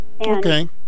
Okay